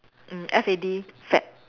mm F A D fad